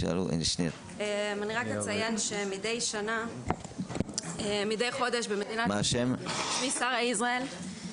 אני אציין שמידי חודש מתגלים 1,000 חולים וחולות חדשים בסרטן העור.